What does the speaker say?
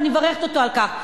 ואני מברכת אותו על כך.